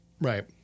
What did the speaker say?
right